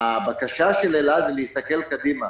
הבקשה של אל-על היא להסתכל קדימה.